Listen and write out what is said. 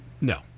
No